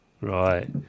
right